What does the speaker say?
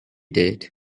did